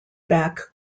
back